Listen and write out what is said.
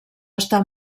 està